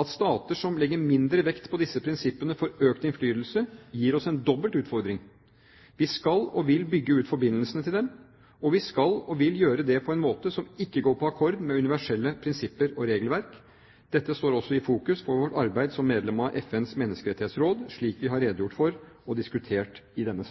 At stater som legger mindre vekt på disse prinsippene, får økt innflytelse, gir oss en dobbelt utfordring. Vi skal og vil bygge ut forbindelsene til dem – og vi skal og vil gjøre det på en måte som ikke går på akkord med universelle prinsipper og regelverk. Dette står også i fokus for vårt arbeid som medlem av FNs menneskerettighetsråd, slik vi har redegjort for og diskutert i denne